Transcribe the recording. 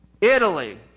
Italy